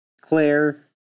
Claire